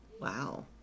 Wow